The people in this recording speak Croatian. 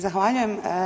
Zahvaljujem.